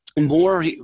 more